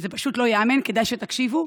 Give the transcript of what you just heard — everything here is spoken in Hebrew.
וזה פשוט לא ייאמן, כדאי שתקשיבו,